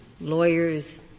Lawyers